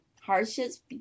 hardships